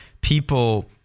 people